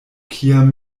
kiam